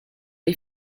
les